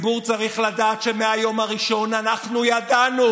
הציבור צריך לדעת שמהיום הראשון אנחנו ידענו